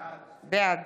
בעד